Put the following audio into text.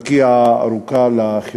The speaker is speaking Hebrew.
"ארוכה הדרך לחירות".